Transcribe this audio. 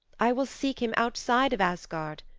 i will seek him outside of asgard,